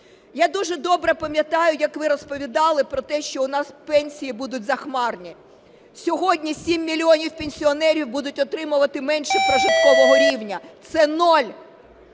Я дуже добре пам'ятаю, як ви розповідали про те, що в нас пенсії будуть захмарні. Сьогодні 7 мільйонів пенсіонерів будуть отримувати менше прожиткового рівня. Це нуль.